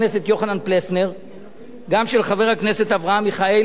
גם של חבר הכנסת אברהם מיכאלי וגם של חבר הכנסת יריב לוין.